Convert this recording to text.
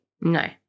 No